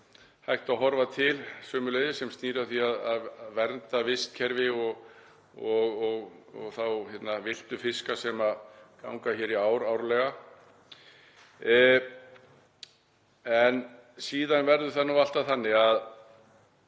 hægt að horfa til sömuleiðis sem snýr að því að vernda vistkerfi og þá villtu fiska sem ganga hér í ár árlega. En síðan verður það alltaf þannig að